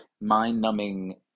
mind-numbing